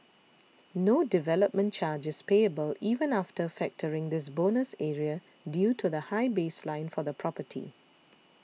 no development charge is payable even after factoring this bonus area due to the high baseline for the property